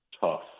tough